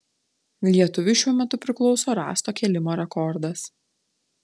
lietuviui šiuo metu priklauso rąsto kėlimo rekordas